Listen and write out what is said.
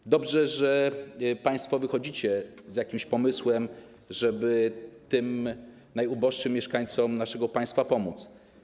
To dobrze, że państwo wychodzicie z jakimś pomysłem, żeby najuboższym mieszkańcom naszego państwa pomóc.